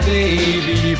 baby